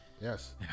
Yes